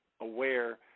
aware